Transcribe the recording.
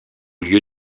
lieu